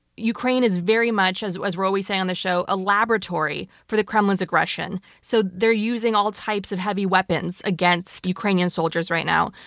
ukraine is very much, as we're always saying on this show, a laboratory for the kremlin's aggression. so they're using all types of heavy weapons against ukrainian soldiers right now.